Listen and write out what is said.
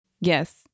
yes